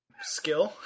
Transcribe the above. Skill